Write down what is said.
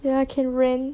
ya can rent